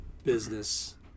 business